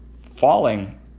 falling